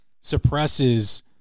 suppresses –